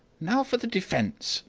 now for the defence,